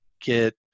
get